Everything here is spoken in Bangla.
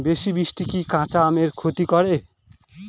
বেশি বৃষ্টি কি কাঁচা আমের ক্ষতি করে?